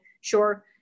sure